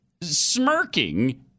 smirking